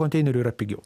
konteineriu yra pigiau